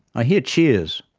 i hear cheers.